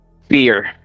fear